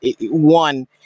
one